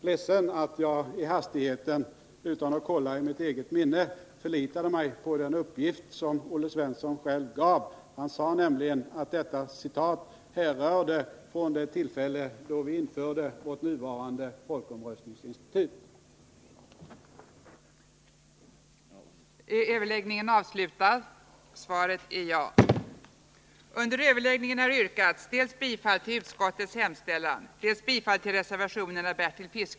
Fru talman! Jag är ledsen över att jag i hastigheten förlitade mig på den uppgift som Olle Svensson själv gav. Han sade nämligen att detta citat härrörde från det tillfälle då vårt nuvarande omröstningsinstitut infördes.